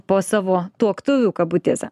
po savo tuoktuvių kabutėse